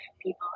people